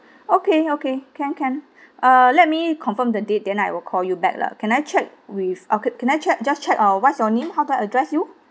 okay okay can can uh let me confirm the date then I will call you back lah can I check with okay can I check just check uh what's your name how do I address you